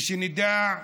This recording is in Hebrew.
ושנדע.